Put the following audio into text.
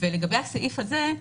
הסעיף הזה,